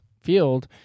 field